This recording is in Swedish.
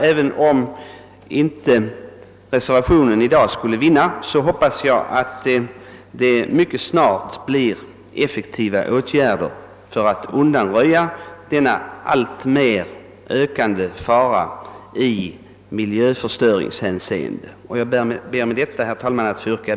Även om reservationen i dag inte skulle bifallas hoppas jag alltså att det mycket snart skall vidtas effektiva åtgärder för att undanröja den alltmer ökande fara i miljöförstöringshänseende som bullret utgör. Herr talman!